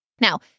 Now